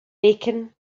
bacon